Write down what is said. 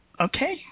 Okay